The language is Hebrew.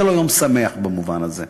זה לא יום שמח במובן הזה.